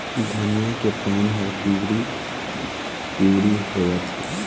धनिया के पान हर पिवरी पीवरी होवथे?